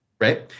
right